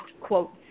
quote